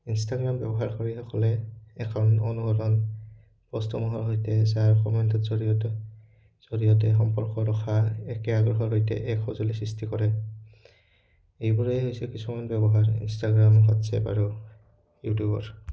Instagram ব্যৱহাৰ কাৰীসকলে এখন অনুসৰণ পষ্টসমূহৰ সৈতে যাৰ কমেণ্টৰ জৰিয়তে জৰিয়তে সম্পৰ্ক ৰখা একে আগ্ৰহৰ সৈতে এক সঁজুলি সৃষ্টি কৰে এইবোৰে হৈছে কিছুমান ব্যৱহাৰ ইনষ্টাগ্ৰাম হোৱাটছএপ আৰু ইউটিউবৰ